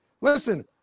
Listen